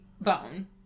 bone